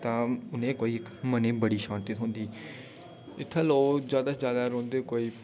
तां उ'नेंगी कोई इक मनै गी बड़ी शांति थ्होंदी इत्थै लोक ज्यादा शा ज्यादा रौंह्दे कोई